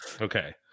Okay